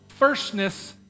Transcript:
firstness